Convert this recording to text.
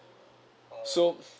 so